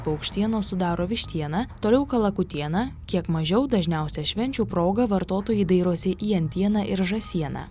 paukštienos sudaro vištiena toliau kalakutiena kiek mažiau dažniausia švenčių proga vartotojai dairosi į antieną ir žąsieną